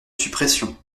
suppression